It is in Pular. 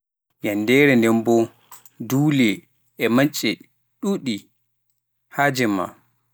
Yanndeere nden boo duule, e maƴƴe ɗuuɗii haa jemma.